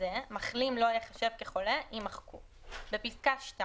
תקנות סמכויות